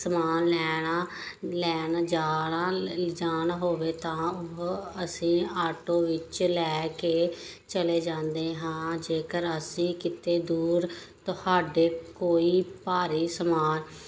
ਸਮਾਨ ਲੈਣਾਂ ਲੈਣ ਜਾਣਾ ਲੈ ਜਾਣਾ ਹੋਵੇ ਤਾਂ ਉਹ ਅਸੀਂ ਆਟੋ ਵਿੱਚ ਲੈ ਕੇ ਚਲੇ ਜਾਂਦੇ ਹਾਂ ਜੇਕਰ ਅਸੀਂ ਕਿਤੇ ਦੂਰ ਤੁਹਾਡੇ ਕੋਈ ਭਾਰੇ ਸਮਾਨ